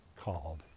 called